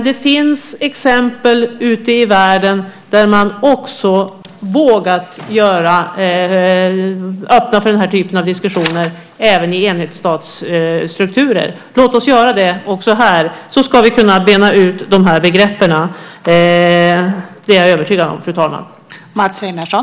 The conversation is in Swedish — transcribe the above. Det finns dock exempel ute i världen där man vågat öppna för denna typ av diskussioner även i enhetsstatsstrukturer. Låt oss göra det också här, så ska vi kunna bena ut begreppen. Det är jag övertygad om, fru talman.